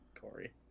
Corey